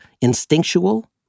instinctual